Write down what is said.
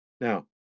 Now